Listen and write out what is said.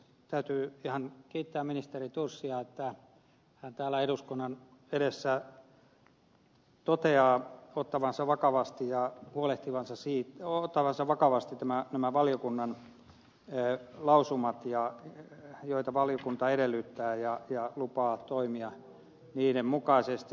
täytyy ihan kiittää ministeri thorsia että hän täällä eduskunnan edessä toteaa ottavansa vakavasti ja huolehtivansa siitä ottavansa vakavasti nämä valiokunnan lausumat joita valiokunta edellyttää ja lupaa toimia niiden mukaisesti